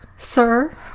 sir